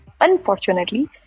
Unfortunately